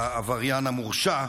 העבריין המורשע,